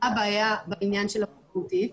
מה הבעיה בעניין של המשמעותית.